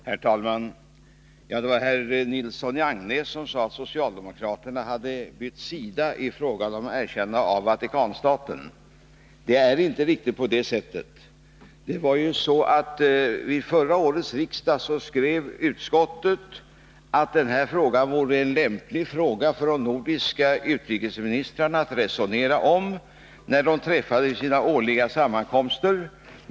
Herr talman! Tore Nilsson sade att socialdemokraterna hade bytt sida i fråga om erkännande av Vatikanstaten. Det är inte riktigt. Vid förra årets riksmöte uttalade utrikesutskottet att detta vore en lämplig fråga för de nordiska utrikesministrarna att resonera om, när de träffades vid sina årliga sammankomster.